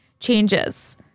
Changes